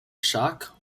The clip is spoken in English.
shock